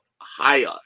higher